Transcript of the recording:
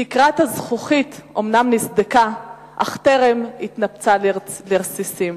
תקרת הזכוכית אומנם נסדקה, אך טרם התנפצה לרסיסים.